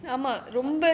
(uh huh)